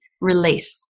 release